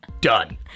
Done